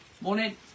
Morning